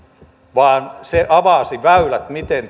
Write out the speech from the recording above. vaan se avasi väylät sille miten